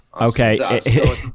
Okay